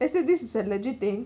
they said this is a legit thing